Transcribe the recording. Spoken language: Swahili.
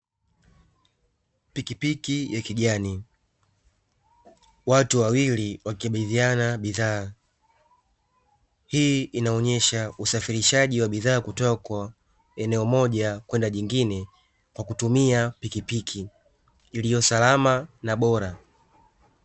Pikipiki ya kijani, watu wawili wakikabidhiana bidhaa. Hii inaonyesha usafirishaji wa bidhaa kutoka eneo moja kwenda jingine kwa kutumia pikipiki iliyo salama na bora.